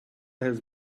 has